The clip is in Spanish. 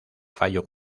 fallo